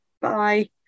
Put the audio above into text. bye